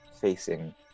facing